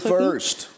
first